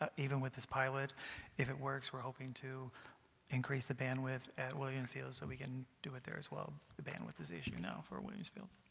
ah even with this pilot if it works we're hoping to increase the bandwidth at williams field so we can do it there as well. the bandwidth is the issue now for williams field.